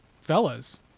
fellas